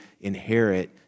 inherit